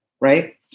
right